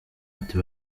ati